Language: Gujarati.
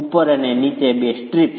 ઉપર અને નીચે બે સ્ટ્રીપ્સ